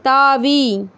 தாவி